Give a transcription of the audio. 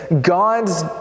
God's